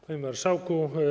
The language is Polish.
Panie Marszałku!